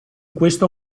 questo